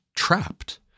trapped